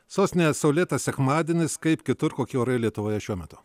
sostinėje saulėtas sekmadienis kaip kitur kokie orai lietuvoje šiuo metu